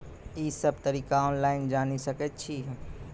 ई सब तरीका ऑनलाइन जानि सकैत छी?